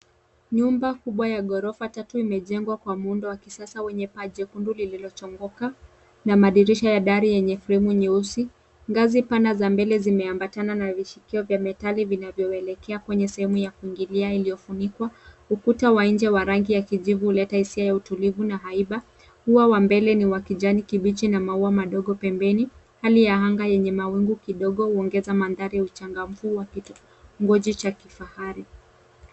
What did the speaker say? Nyumba kubwa ya ghorofa tatu imejengwa kwa muundo wa kisasa wenye paa jekundu lililochongoka na madirisha ya dari yenye fremu nyeusi. Ngazi pana za mbele zimeambatana na vishikio vya metali vinavyoelekea kwenye sehemu ya kuingilia iliyofunikwa. Ukuta wa nje wa rangi ya kijivu huleta hisia ya utulivu na haiba. Ua wa mbele ni wa kijani kibichi na maua madogo pembeni. Hali ya anga yenye mawingu kidogo unangeza mandhari ya uchangamfu wa kitongoji cha kifahari.